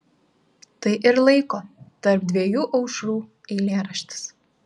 tai ir laiko tarp dviejų aušrų eilėraštis